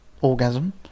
orgasm